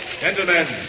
Gentlemen